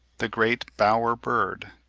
the great bower-bird,